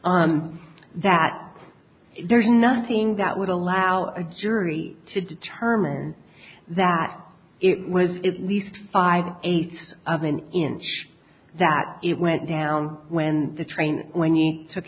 that there is nothing that would allow a jury to determine that it was it least five eighths of an inch that it went down when the train when he took